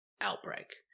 outbreak